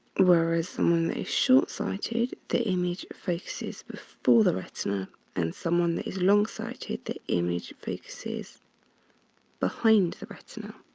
whereas someone that is short sighted, the image focuses before the retina and someone that is long sighted, the image focuses behind the retina.